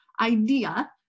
idea